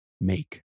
make